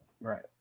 Right